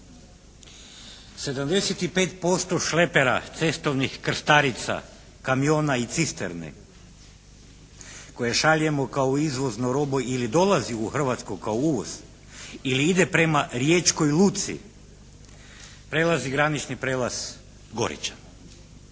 75% šlepera cestovnih krstarica, kamiona i cisterni koje šaljemo kao u izvoznu robu ili dolazi u Hrvatsku kao uvoz ili ide prema riječkoj luci, prelazi granični prijelaz Goričan,